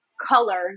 color